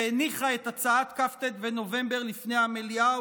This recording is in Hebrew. שהניחה את הצעת כ"ט בנובמבר לפני המליאה,